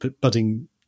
budding